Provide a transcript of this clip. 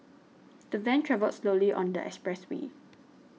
the van travelled slowly on the expressway